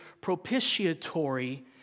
propitiatory